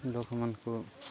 ଲୋକମାନଙ୍କୁ